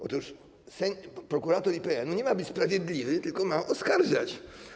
Otóż prokurator IPN-u nie ma być sprawiedliwy, tylko ma oskarżać.